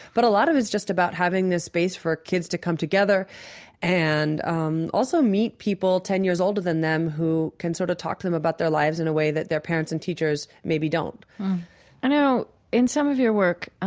but a lot of it is just about having this space for kids to come together and um also meet people ten years older than them who can sort of talk to them about their lives in a way that their parents and teachers maybe don't i know in some of your work,